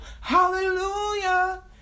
Hallelujah